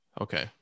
okay